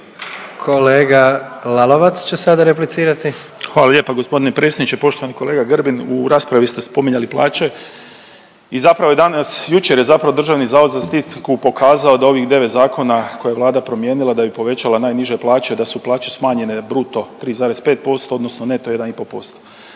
Kolega Lalovac će sada replicirati. **Lalovac, Boris (SDP)** Hvala lijepa gospodine predsjedniče. Poštovani kolega Grbin u raspravi ste spominjali plaće i zapravo je danas, jučer je zapravo Državni zavod za statistiku pokazao da ovih 9 zakona koje je Vlada promijenila da bi povećala najniže plaće da su plaće smanjene bruto 3,5% odnosno neto 1,5%.